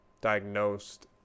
diagnosed